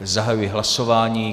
Zahajuji hlasování.